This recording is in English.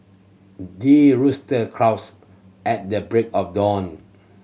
the rooster crows at the break of dawn